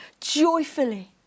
joyfully